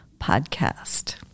podcast